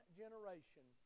generation